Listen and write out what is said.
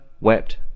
wept